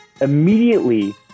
immediately